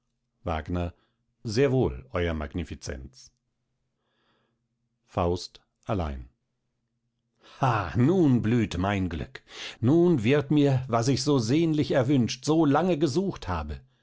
wagner sehr wohl ew magnificenz faust allein ha nun blüht mein glück nun wird mir was ich so sehnlich erwünscht so lange gesucht habe